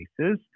cases